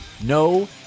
No